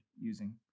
using